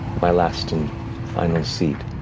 my last and final seed.